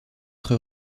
être